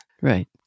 Right